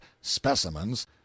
specimens